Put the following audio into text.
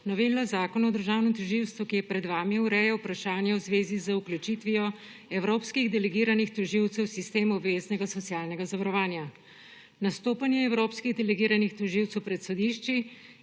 Novela Zakona o državnem tožilstvu, ki je pred vami, ureja vprašanje v zvezi z vključitvijo evropskih delegiranih tožilcev v sistem obveznega socialnega zavarovanja, nastopanje evropskih delegiranih tožilcev pred sodišči